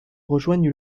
rejoignent